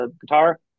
Guitar